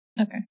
Okay